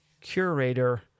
curator